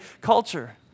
culture